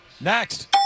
Next